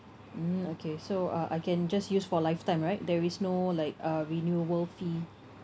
mm okay so uh I can just use for lifetime right there is no like uh renewal fee